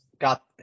got